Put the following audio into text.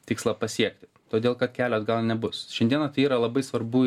tikslą pasiekti todėl kad kelio atgal nebus šiandieną tai yra labai svarbu